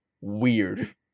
weird